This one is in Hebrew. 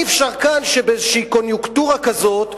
אי-אפשר כאן שבקוניונקטורה כזאת,